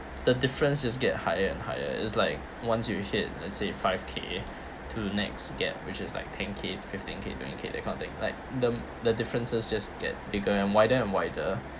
the difference just get higher and higher is like once you hit let's say five K to the next gap which is like ten K fifteen K twenty K that kind of thing like the the differences just get bigger and wider and wider